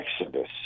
Exodus